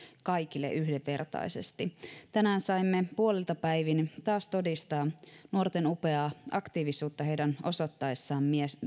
kaikille yhdenvertaisesti tänään saimme puoliltapäivin taas todistaa nuorten upeaa aktiivisuutta heidän osoittaessaan